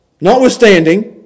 notwithstanding